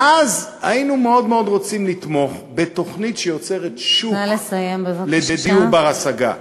ואז היינו מאוד מאוד רוצים לתמוך בתוכנית שיוצרת שוק לדיור בר-השגה,